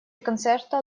концерта